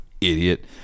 idiot